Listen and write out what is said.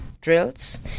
drills